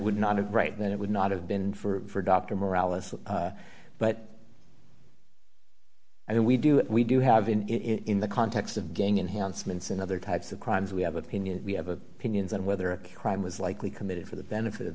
would not it right then it would not have been for dr morality but i mean we do we do have in in the context of gang enhanced mintz and other types of crimes we have opinions we have opinions on whether a crime was likely committed for the benefit of